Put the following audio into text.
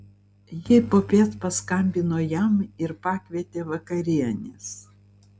ji popiet paskambino jam ir pakvietė vakarienės